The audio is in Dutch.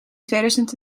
tweeduizend